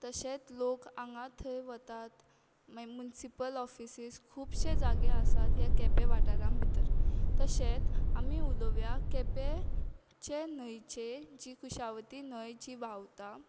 तशेंच लोक हांगा थंय वतात मागीर मुन्सीपल ऑफिसीस खूबशे जागे आसात ह्या केपें वाठारा भितर तशेंच आमी उलोव्या केपेंचे न्हंयचे कुशावती न्हंय जी व्हांवता